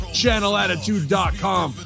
channelattitude.com